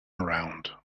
around